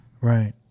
Right